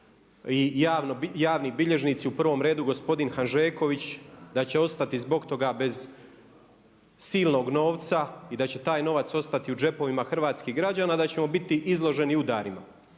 i javni bilježnici, u prvom redu gospodin Hanžeković da će ostati zbog toga bez silnog novca i da će taj novac ostati u džepovima hrvatskih građana i da ćemo biti izloženi udarima.